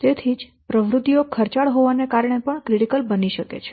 તેથી જ પ્રવૃત્તિઓ ખર્ચાળ હોવાને કારણે પણ ક્રિટિકલ બની શકે છે